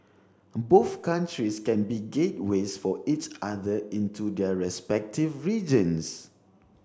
both countries can be gateways for each other into their respective regions